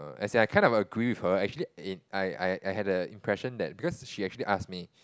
as in I kind of agree with her actually in I I I had a impression that because she actually ask me